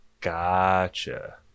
Gotcha